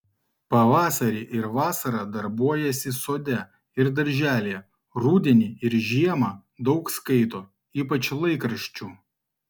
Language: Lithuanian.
pavasarį ir vasarą darbuojasi sode ir darželyje rudenį ir žiemą daug skaito ypač laikraščių